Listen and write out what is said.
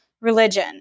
religion